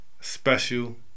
special